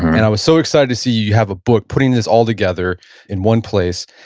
and i was so excited to see you have a book putting this all together in one place.